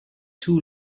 two